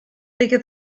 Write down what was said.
bigger